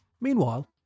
Meanwhile